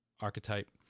archetype